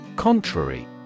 Contrary